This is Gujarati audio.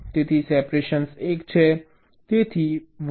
તેથી સેપરેશન 1 છે